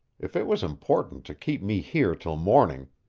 if it was important to keep me here till morning,